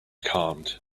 calmed